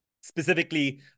specifically